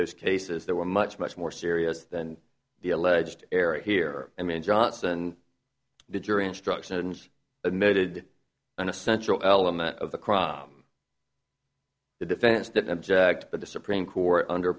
those cases that were much much more serious than the alleged area here i mean johnson the jury instructions admitted an essential element of the crime the defense didn't object but the supreme court under